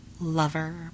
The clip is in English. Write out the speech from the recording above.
Lover